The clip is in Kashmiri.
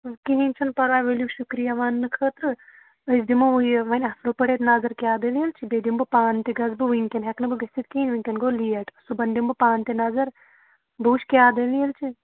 کِہیٖنۍ چھُنہٕ پَرواے ؤلِو شُکریہ وَننہٕ خٲطرٕ أسۍ دِمو یہِ وۄنۍ اَصٕل پٲٹھۍ اَتھ نظر کیٛاہ دٔلیٖل چھِ بیٚیہِ دِمہٕ بہٕ پانہٕ تہِ گژھٕ بہٕ وٕنکٮ۪ن ہٮ۪کہٕ نہٕ بہٕ گٔژھِتھ کِہیٖنٛۍ وٕنکٮ۪ن گوٚو لیٹ صُبَحن دِمہٕ بہٕ پانہٕ تہِ نظر بہٕ وُچھٕ کیٛاہ دٔلیٖل چھِ